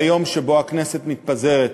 ביום שבו הכנסת מתפזרת.